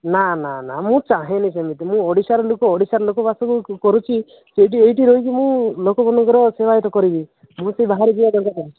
ନା ନା ନା ମୁଁ ଚାହେଁନି ସେମିତି ମୁଁ ଓଡ଼ିଶାର ଲୋକ ଓଡ଼ିଶାର ବସବାସ ମୁଁ କରୁଛି ସେଇଠି ଏଇଠି ରହିକି ମୁଁ ଲୋକମାନଙ୍କର ମୁଁ ସେବାୟତ କରିବି ମୋର ସେ ବାହାରେ ଯିବା ଦରକାର ନାହିଁ